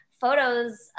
photos